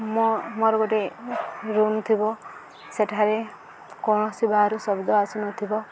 ମୋ ମୋର ଗୋଟେ ରୁମ୍ ଥିବ ସେଠାରେ କୌଣସି ବାହାରୁ ଶବ୍ଦ ଆସୁନଥିବ